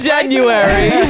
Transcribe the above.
January